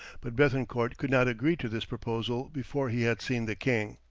but bethencourt could not agree to this proposal before he had seen the king.